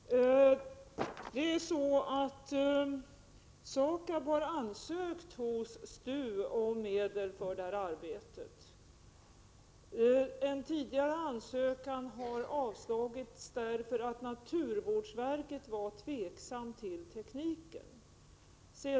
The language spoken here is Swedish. Herr talman! Bara en sakupplysning: SAKAB har ansökt hos STU om medel för detta arbete. En tidigare ansökan har avslagits, därför att man vid naturvårdsverket var tveksam till tekniken.